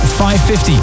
550